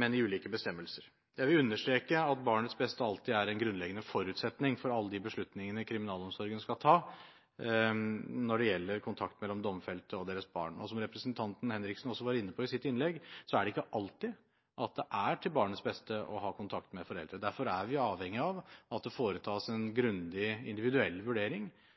men i ulike bestemmelser. Jeg vil understreke at barnets beste alltid er en grunnleggende forutsetning for alle de beslutningene kriminalomsorgen skal ta når det gjelder kontakt mellom domfelte og deres barn. Og som representanten Kari Henriksen også var inne på i sitt innlegg, er det ikke alltid at det er til barnets beste å ha kontakt med foreldre. Derfor er vi avhengig av at det foretas en grundig individuell vurdering